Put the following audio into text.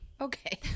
Okay